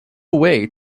way